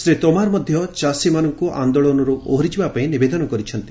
ଶ୍ରୀ ତୋମାର ମଧ୍ୟ ଚାଷୀମାନଙ୍କୁ ଆନ୍ଦୋଳନରୁ ଓହରି ଯିବାପାଇଁ ନିବେଦନ କରିଛନ୍ତି